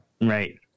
Right